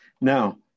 Now